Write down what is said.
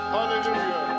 Hallelujah